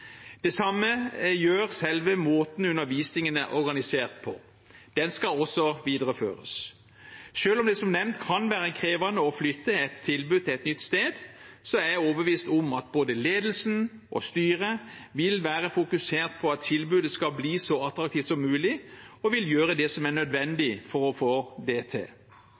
Det samme gjelder selve måten undervisningen er organisert på. Den skal også videreføres. Selv om det som nevnt kan være krevende å flytte et tilbud til et nytt sted, er jeg overbevist om at både ledelsen og styret vil være fokusert på at tilbudet skal bli så attraktivt som mulig, og vil gjøre det som er nødvendig for å få det til.